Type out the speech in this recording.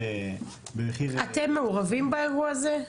אתם מעורבים באירוע הזה?